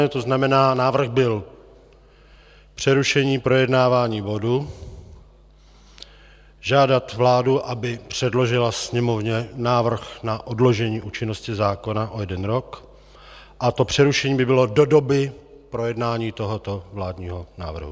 To znamená, návrh byl: přerušení projednávání bodu, žádat vládu, aby předložila Sněmovně návrh na odložení účinnosti zákona o jeden rok, a to přerušení by bylo do doby projednání tohoto vládního návrhu.